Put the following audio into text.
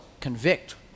convict